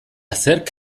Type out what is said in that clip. zerk